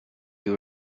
you